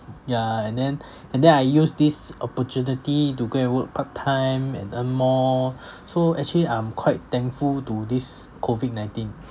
yeah and then and then I use this opportunity to go and work part time at the mall so actually I'm quite thankful to this COVID nineteen